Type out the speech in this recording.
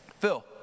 Phil